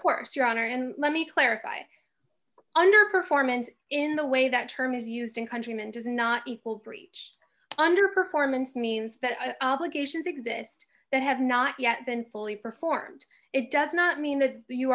course your honor and let me clarify under performance in the way that term is used in countryman does not equal breach under performance means that the cases exist that have not yet been fully performed it does not mean that you